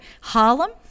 harlem